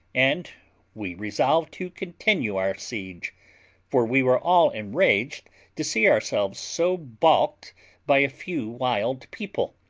and we resolved to continue our siege for we were all enraged to see ourselves so baulked by a few wild people,